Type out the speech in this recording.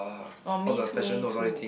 oh me too me too